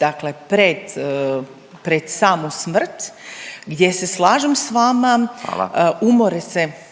dakle pred, pred samu smrt gdje se slažem s vama…/Upadica